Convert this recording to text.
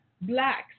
blacks